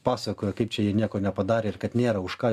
pasakoja kaip čia jie nieko nepadarė ir kad nėra už ką